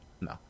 no